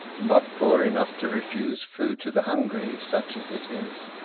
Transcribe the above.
not poor enough to refuse food to the hungry, such as it is.